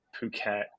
Phuket